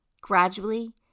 Gradually